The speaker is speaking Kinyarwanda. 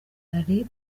ari